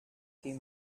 few